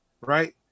right